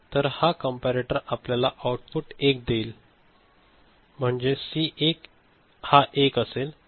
तर हा कॅम्परेटोर आपल्याला आउटपुट 1 देईल देतो म्हनजे सी एक हा 1 असेल